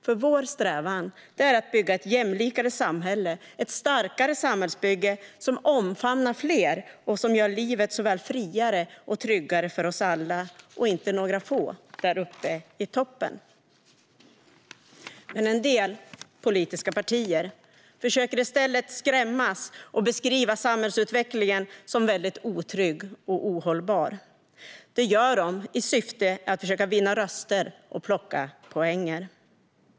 Vår strävan är att bygga ett jämlikare samhälle - ett starkare samhällsbygge som omfamnar fler och som gör livet såväl friare som tryggare för oss alla och inte bara för några få där uppe i toppen. En del politiska partier försöker i stället skrämmas och beskriver samhällsutvecklingen som otrygg och ohållbar. Det gör de i syfte att försöka vinna röster och plocka poäng.